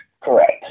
correct